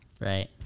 Right